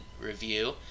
review